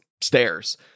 stairs